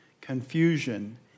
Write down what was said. confusion